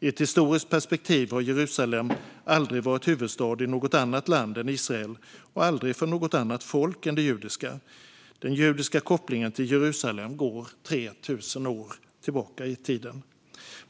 I ett historiskt perspektiv har Jerusalem aldrig varit huvudstad i något annat land än Israel och aldrig för något annat folk än det judiska folket. Den judiska kopplingen till Jerusalem går 3 000 år tillbaka i tiden.